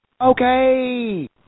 Okay